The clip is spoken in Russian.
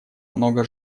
много